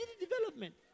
development